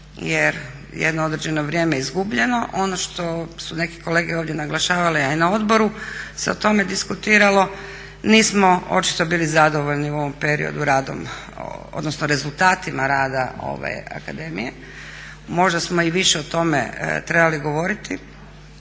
jer jedno određeno vrijeme je izgubljeno. Ono što su neki kolege ovdje naglašavali, a i na Odboru se o tome diskutiralo nismo očito bili zadovoljni u ovom periodu radom, odnosno rezultatima rada ove akademije. Možda smo i više o tome trebali govoriti.